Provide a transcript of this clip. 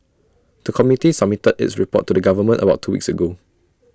the committee submitted its report to the government about two weeks ago